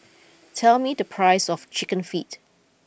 tell me the price of Chicken Feet